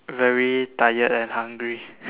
very tired and hungry